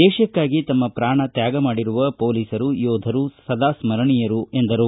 ದೇಶಕ್ಕಾಗಿ ತಮ್ಮ ಪೂಣ ತ್ವಾಗ ಮಾಡಿರುವ ಪೊಲೀಸರು ಯೋಧರು ಸದಾ ಸ್ವರಣೀಯರು ಎಂದರು